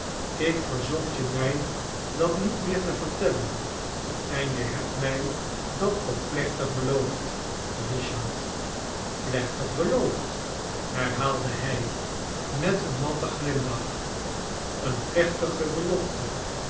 ik verzocht je mij dat niet meer te vertellen en je hebt mij dat ook plechtig beloofd richard plechtig beloofd liarhaalde hij met eeii matten glimlach eene plechtige belofte